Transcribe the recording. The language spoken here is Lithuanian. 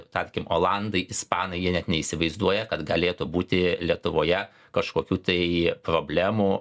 tarkim olandai ispanai jie net neįsivaizduoja kad galėtų būti lietuvoje kažkokių tai problemų